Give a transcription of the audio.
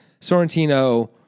sorrentino